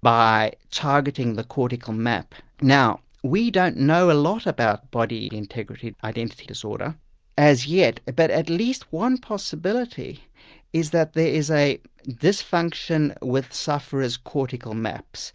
by targeting the cortical map. now we don't know a lot about body integrity identity disorder as yet, but at least one possibility is that there is a dysfunction with sufferers' cortical maps.